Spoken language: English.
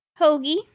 Hoagie